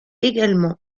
également